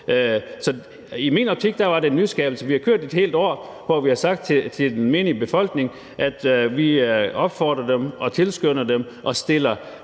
i min optik var det en nyskabelse. Vi har i et helt år sagt til den menige befolkning, at vi opfordrer dem til at lade sig teste,